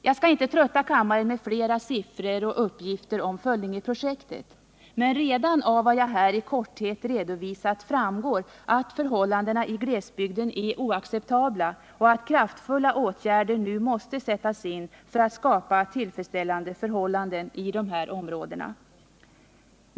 Jag skall inte trötta kammaren med fler siffror och uppgifter om Föllingeprojektet, men redan av vad jag här i korthet redovisat framgår att förhållandena i glesbygden är oacceptabla och att kraftfulla åtgärder nu måste sättas in för att skapa tillfredsställande förhållanden i dessa områden.